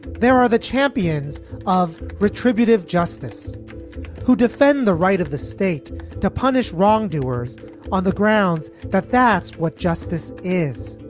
there are the champions of retributive justice who defend the right of the state to punish wrongdoers on the grounds that that's what justice is.